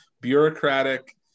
bureaucratic